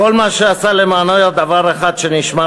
בכל מה שעשה למענו היה דבר אחד שנשמר